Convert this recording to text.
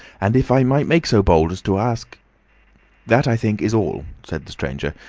and if i might make so bold as to ask that i think, is all, said the stranger,